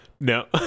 No